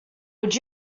would